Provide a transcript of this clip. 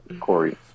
Corey